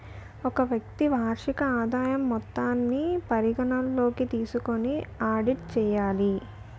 ఒక వ్యక్తి వార్షిక ఆదాయం మొత్తాన్ని పరిగణలోకి తీసుకొని ఆడిట్ చేయాలి